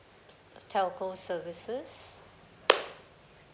telco services